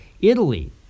Italy